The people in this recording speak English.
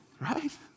Right